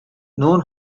known